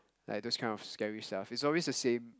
like those kind of scary stuff it's always the same